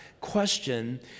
question